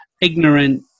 ignorant